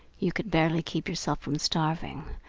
you could barely keep yourself from starving,